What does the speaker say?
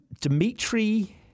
Dimitri